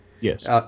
Yes